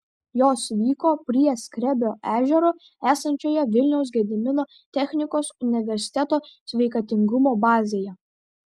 jos vyko prie skrebio ežero esančioje vilniaus gedimino technikos universiteto sveikatingumo bazėje